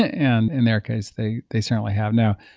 and in their case, they they certainly have. now,